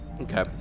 Okay